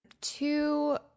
Two